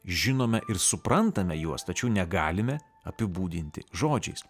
žinome ir suprantame juos tačiau negalime apibūdinti žodžiais